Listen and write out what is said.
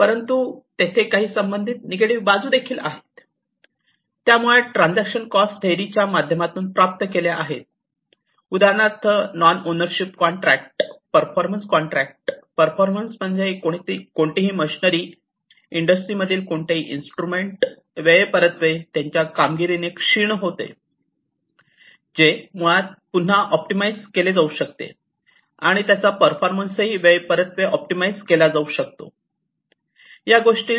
परंतु तेथे काही संबंधित निगेटिव्ह बाजू आहेत त्या मुळात ट्रांजेक्शन कॉस्ट थेअरी च्या माध्यमातून प्राप्त केल्या आहेत उदाहरणार्थ non ownership contract performance contract performance म्हणजे कोणतीही मशीनरी इंडस्ट्रीमधील कोणतेही इंस्ट्रूमेंट वेळ परत्वे त्याच्या कामगिरीने क्षीण होणे जे मुळात पुन्हा ऑप्टिमाइझ केले जाऊ शकते आणि त्याचा परफॉर्मन्सही वेळ परत्वे ऑप्टिमाइझ केला जाऊ शकतो